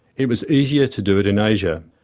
it was easier to do it in asia.